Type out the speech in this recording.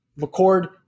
McCord